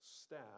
staff